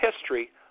history